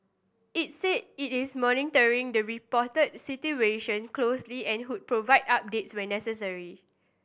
it said it is monitoring the reported situation closely and would provide updates when necessary